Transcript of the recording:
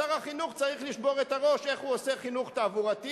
שר החינוך צריך לשבור את הראש איך הוא עושה חינוך תעבורתי,